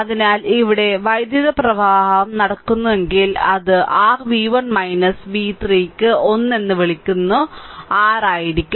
അതിനാൽ ഇവിടെ വൈദ്യുതപ്രവാഹം നടക്കുന്നുണ്ടെങ്കിൽ അത് r v1 v3 ന് 1 എന്ന് വിളിക്കുന്ന r ആയിരിക്കും